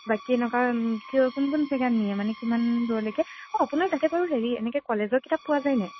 বাকী এনেকুৱা কিয় কোন কোন জেগাত নিয়ে মানে কিমান দূৰলৈকে অঁ আপোনাৰ তাতে বাৰু হেৰি এনেকৈ কলেজৰ কিতাপ পোৱা যায়নে